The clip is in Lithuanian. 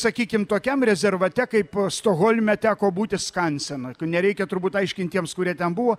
sakykim tokiam rezervate kaip stokholme teko būti skanseno nereikia turbūt aiškint tiems kurie ten buvo